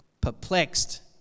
perplexed